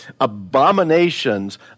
abominations